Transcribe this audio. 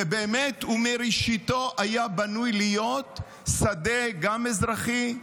ובאמת, מראשיתו הוא היה בנוי להיות שדה גם אזרחי.